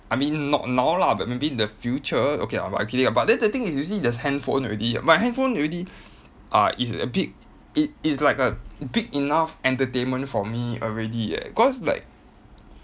I mean not now lah but maybe in the future okay lah but actually but then the thing is you see there's handphone already but handphone already uh it's a bit it it's like a big enough entertainment for me already eh cause like